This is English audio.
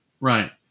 Right